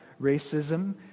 racism